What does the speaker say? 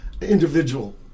individual